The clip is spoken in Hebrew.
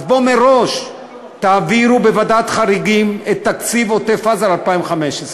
אז בואו מראש תעבירו בוועדת חריגים את תקציב עוטף-עזה ל-2015.